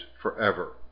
forever